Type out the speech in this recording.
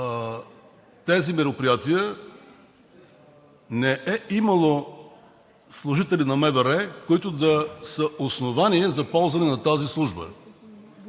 тези мероприятия не е имало служители на МВР, които да са основание за ползване на тази служба,